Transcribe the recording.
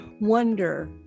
wonder